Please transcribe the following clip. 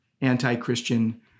anti-Christian